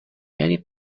یعنی